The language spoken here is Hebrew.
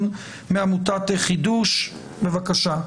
בבקשה.